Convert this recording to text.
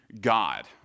God